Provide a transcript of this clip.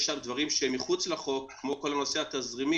יש שם דברים שהם מחוץ לחוק, כמו כל הנושא התזרימי,